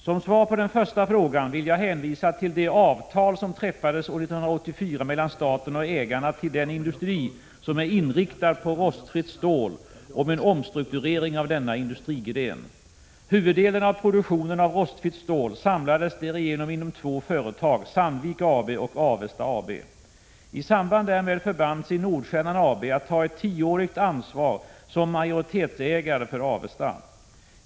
Som svar på den första frågan vill jag hänvisa till de avtal som träffades år 1984 mellan staten och ägarna till den industri som är inriktad på rostfritt stål om en omstrukturering av denna industrigren. Huvuddelen av produktionen av rostfritt stål samlades därigenom inom två företag, Sandvik AB och Prot. 1986/87:22 Avesta AB. I samband därmed förband sig Nordstjernan AB att ta ett 10 november 1986 tioårigt ansvar som majoritetsägare för Avesta.